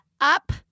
up